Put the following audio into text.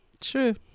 true